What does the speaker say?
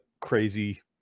crazy